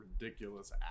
ridiculous